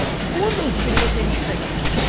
four of those videos maybe singles.